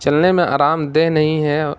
چلنے میں آرام دہ نہیں ہے